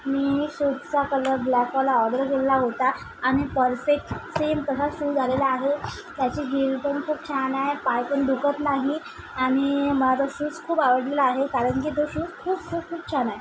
मी शूजचा कलर ब्लॅकवाला ऑर्डर केलेला होता आणि परफेक्ट सेम तसाच शूज आलेला आहे त्याची हिल पण खूप छान आहे पाय पण दुखत नाही आणि मला तो शूज खूप आवडलेला आहे कारण की तो शूज खूप खूप खूप छान आहे